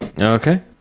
Okay